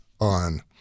on